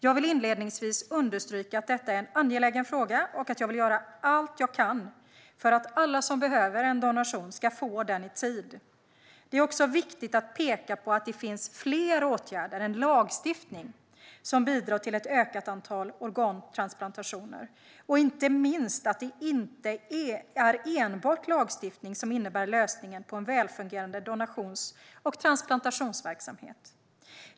Jag vill inledningsvis understryka att detta är en angelägen fråga och att jag vill göra allt jag kan för att alla som behöver en donation ska få den i tid. Det är också viktigt att peka på att det finns fler åtgärder än lagstiftning som bidrar till ett ökat antal organtransplantationer och inte minst att det inte är enbart lagstiftning som innebär lösningen på en välfungerande donations och transplantationsverksamhet.